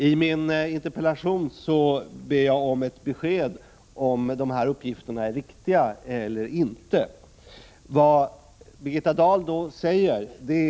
I min interpellation ber jag om ett besked huruvida uppgifterna i dessa amerikanska facktidskrifter är riktiga eller inte.